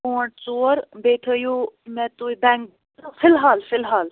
pound ژور بیٚیہِ تھایو مےٚ تُہۍ بینٛگ فی الحال فی الحال